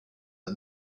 the